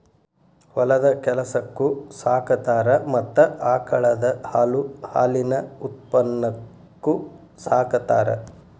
ಹೊಲದ ಕೆಲಸಕ್ಕು ಸಾಕತಾರ ಮತ್ತ ಆಕಳದ ಹಾಲು ಹಾಲಿನ ಉತ್ಪನ್ನಕ್ಕು ಸಾಕತಾರ